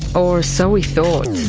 or so we thought.